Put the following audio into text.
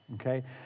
okay